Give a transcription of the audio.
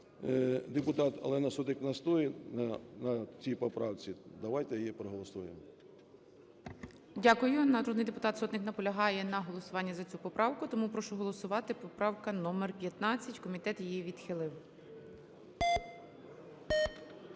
Дякую. Народний депутат Сотник наполягає на голосуванні за цю поправку, тому прошу голосувати. Поправка номер 15, комітет її відхилив.